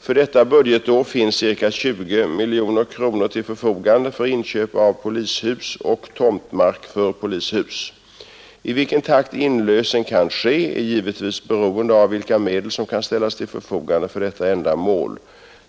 För detta budgetår finns ca 20 miljoner kronor till förfogande för inköp av polishus och tomtmark för polishus. I vilken takt inlösen kan ske är givetvis beroende av vilka medel som kan ställas till förfogande för detta ändamal.